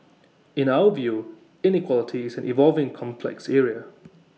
in our view inequality is an evolving complex area